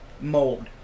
mold